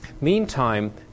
Meantime